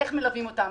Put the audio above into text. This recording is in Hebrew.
איך מלווים אותן,